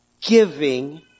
giving